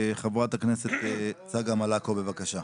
חברת הכנסת צגה מלקו, בבקשה.